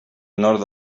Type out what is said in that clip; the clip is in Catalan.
nord